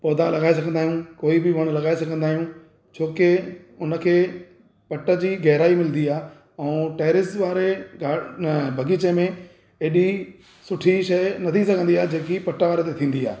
पौधा लॻाए सघंदा आहियूं कोई बि वणु लॻाए सघंदा आहियूं छोकी उनखे पट जी गहराई मिलंदी आहे ऐं टैरिस वारे गाड बग़ीचे में एॾी सुठी शइ न थी सघंदी आहे जेकी पट वारे ते थींदी आहे